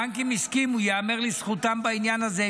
הבנקים הסכימו, ייאמר לזכותם בעניין הזה.